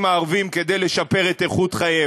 הערבים כדי לשפר את איכות חייהם,